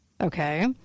Okay